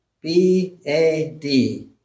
B-A-D